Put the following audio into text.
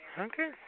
Okay